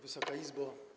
Wysoka Izbo!